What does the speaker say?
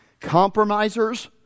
Compromisers